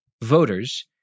voters